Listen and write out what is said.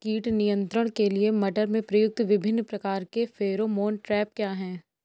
कीट नियंत्रण के लिए मटर में प्रयुक्त विभिन्न प्रकार के फेरोमोन ट्रैप क्या है?